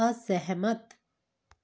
ਅਸਹਿਮਤ